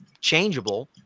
changeable